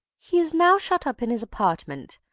he is now shut up in his apartment,